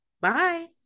Bye